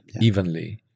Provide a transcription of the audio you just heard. evenly